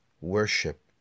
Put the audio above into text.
worship